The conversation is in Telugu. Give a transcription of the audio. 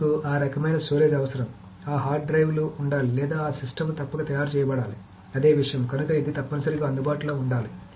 మీకు ఆ రకమైన స్టోరేజ్ అవసరం ఆ హార్డ్ డ్రైవ్లు ఉండాలి లేదా ఆ సిస్టమ్లు తప్పక తయారు చేయబడాలి అదే విషయం కనుక ఇది తప్పనిసరిగా అందుబాటులో ఉండాలి